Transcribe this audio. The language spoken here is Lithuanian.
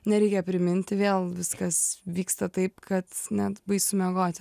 nereikia priminti vėl viskas vyksta taip kad net baisu miegoti